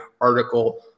article